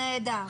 נהדר.